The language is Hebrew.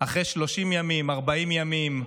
אחרי 30 ימים, 40 ימים,